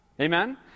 Amen